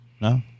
No